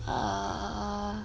uh